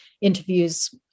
interviews